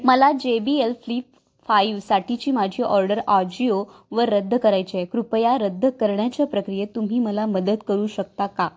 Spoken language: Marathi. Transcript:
मला जे बी एल फ्लिप फाईव्हसाठीची माझी ऑर्डर आजिओ वर रद्द करायची आहे कृपया रद्द करण्याच्या प्रक्रियेत तुम्ही मला मदत करू शकता का